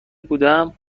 بودم